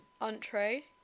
entree